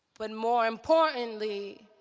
but more importantly,